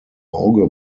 auge